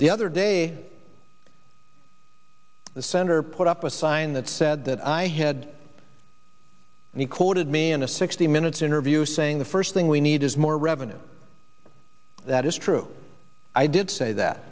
the other day the sender put up a sign that said that i had and he quoted me in a sixty minutes interview saying the first thing we need is more revenue that is true i did say that